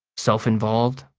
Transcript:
self-involved?